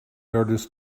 artist